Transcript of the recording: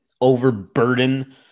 overburden